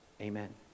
Amen